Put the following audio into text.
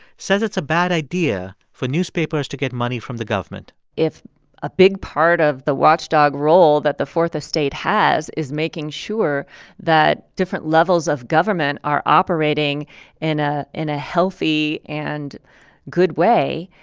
says it's a bad idea for newspapers to get money from the government if a big part of the watchdog role that the fourth estate has is making sure that different levels of government are operating in ah in a healthy and good way,